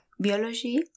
biology